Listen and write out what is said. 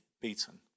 beaten